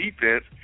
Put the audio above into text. defense